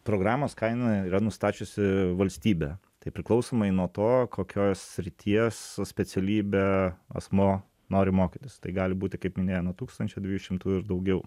programos kainą yra nustačiusi valstybė tai priklausomai nuo to kokios srities specialybę asmuo nori mokytis tai gali būti kaip minėja nuo tūkstančio dviejų šimtų ir daugiau